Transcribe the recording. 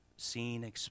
seen